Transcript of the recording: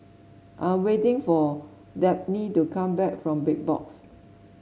I'm waiting for Dabney to come back from Big Box